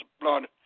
blood